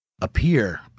appear